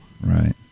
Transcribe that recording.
Right